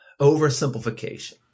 oversimplification